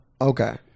Okay